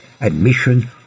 admission